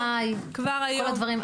כבר היום --- כל הדברים.